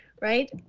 Right